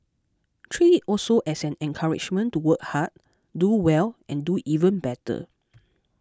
treat it also as an encouragement to work hard do well and do even better